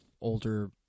older